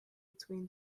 between